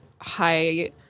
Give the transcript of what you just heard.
high